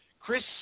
Chris